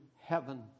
heaven